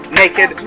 naked